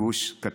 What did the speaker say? גוש קטיף.